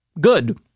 Good